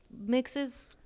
mixes